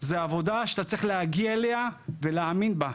זאת עבודה שאתה צריך להגיע אליה ולהאמין בה.